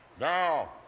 Now